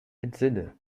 entsinne